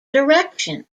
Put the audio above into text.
direction